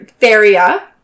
Theria